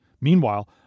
Meanwhile